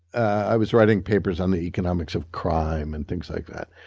i was writing papers on the economics of crime and things like that.